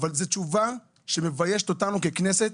אבל זאת תשובה שמביישת אותנו ככנסת.